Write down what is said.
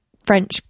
french